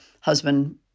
husband